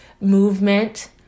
movement